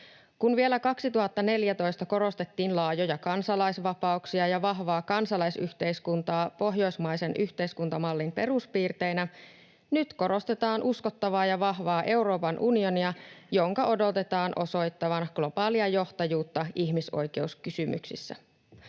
Kun vielä 2014 korostettiin laajoja kansalaisvapauksia ja vahvaa kansalaisyhteiskuntaa pohjoismaisen yhteiskuntamallin peruspiirteinä, nyt korostetaan uskottavaa ja vahvaa Euroopan unionia, jonka odotetaan osoittavan globaalia johtajuutta ihmisoikeuskysymyksissä.